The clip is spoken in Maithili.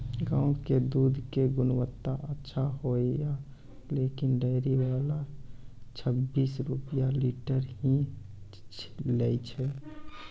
गांव के दूध के गुणवत्ता अच्छा होय या लेकिन डेयरी वाला छब्बीस रुपिया लीटर ही लेय छै?